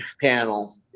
panel